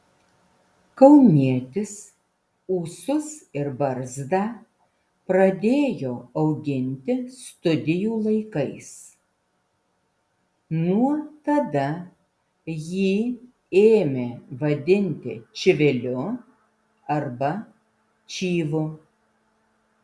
kaunietis ūsus ir barzdą pradėjo auginti studijų laikais nuo tada jį ėmė vadinti čiviliu arba čyvu